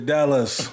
Dallas